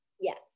Yes